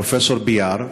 פרופסור ביאר,